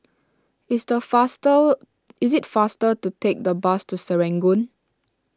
it's the is it faster to take the bus to Serangoon